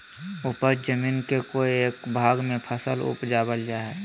उपज जमीन के कोय एक भाग में फसल उपजाबल जा हइ